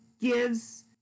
gives